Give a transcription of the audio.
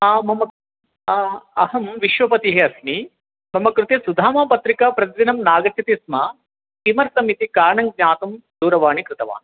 मम अहं विश्वपतिः अस्मि मम कृते सुधामा पत्रिका प्रतिदिनं नागच्छति स्म किमर्थम् इति कारणं ज्ञातुं दूरवाणी कृतवान्